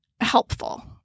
helpful